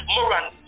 Moran